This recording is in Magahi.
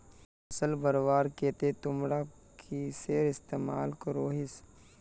फसल बढ़वार केते तुमरा किसेर इस्तेमाल करोहिस?